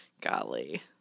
Golly